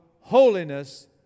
Holiness